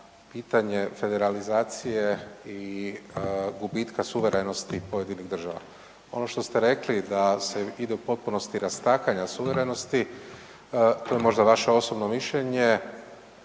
pitanje federalizacije i gubitka suverenosti pojedinih država. Ono što ste rekli da se ide u potpunosti rastakanja suverenosti to je možda vaše osobno mišljenje,